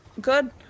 Good